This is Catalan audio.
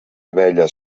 abella